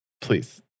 Please